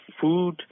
food